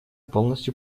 полностью